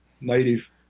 native